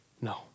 No